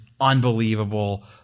Unbelievable